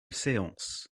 séance